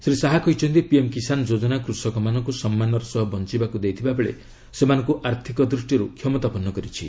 ଶ୍ରୀ ଶାହା କହିଛନ୍ତି ପିଏମ୍ କିଷାନ ଯୋଜନା କୃଷକମାନଙ୍କୁ ସମ୍ମାନର ସହ ବଞ୍ଚ୍ଚବାକୁ ଦେଇଥିବା ବେଳେ ସେମାନଙ୍କୁ ଆର୍ଥିକ ଦୃଷ୍ଟିରୁ କ୍ଷମତାପନ୍ନ କରିଛି